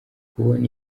kubona